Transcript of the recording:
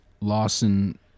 Lawson